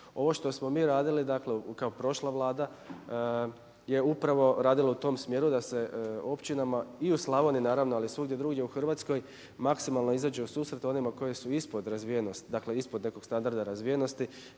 Ovo što smo mi radili dakle kao prošla Vlada je upravo radilo u tom smjeru da se općinama i u Slavoniji naravno, ali i svugdje drugdje u Hrvatskoj maksimalno izađe u susret onima koji su ispod razvijenost, znači ispod nekog standarda razvijenosti